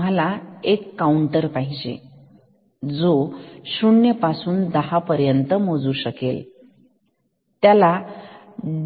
तुम्हाला एक काऊंटर पाहिजे जो 0 पासून 10 पर्यंत मोजू शकेल त्याला